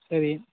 சரி